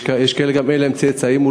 יש כאלה שאולי אין להם צאצאים.